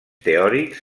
teòrics